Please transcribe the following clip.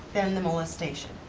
then the molestation.